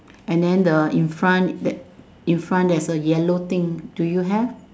and then the in front that in front there's a yellow thing do you have